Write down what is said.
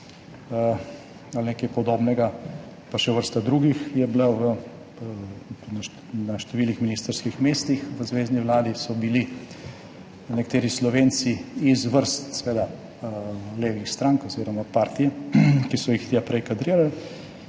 ali kaj podobnega, pa še vrsta drugih je bila na številnih ministrskih mestih. V zvezni vladi so bili nekateri Slovenci seveda iz vrst levih strank oziroma partije, ki so jih tja prej kadrirali,